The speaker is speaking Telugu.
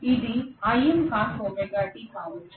ఇది కావచ్చు